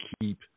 keep